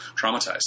traumatized